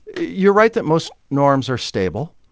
you're right that most norms are stable,